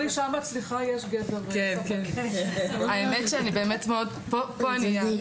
באמת הוא מאוד משחרר,